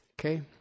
Okay